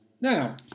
Now